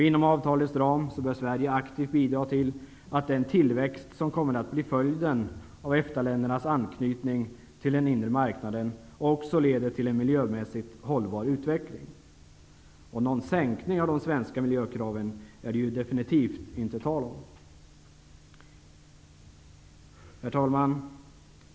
Inom avtalets ram bör Sverige aktivt bidra till att den tillväxt som kommer att bli följden av EFTA-ländernas anknytning till den inre marknaden också leder till en miljömässigt hållbar utveckling. Någon sänkning av de svenska miljökraven är det definitivt inte tal om. Herr talman!